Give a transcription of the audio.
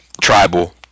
tribal